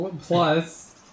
plus